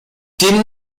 tienda